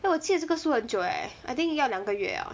eh 我借这个书很久 eh I think 要两个月 liao